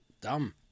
dumb